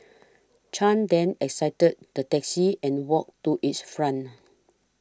Chan then exited the taxi and walked to its front